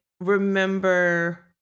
remember